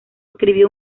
escribió